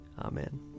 amen